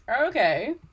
okay